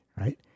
right